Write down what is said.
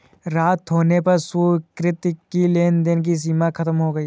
रात होने पर सुकृति की लेन देन की सीमा खत्म हो गई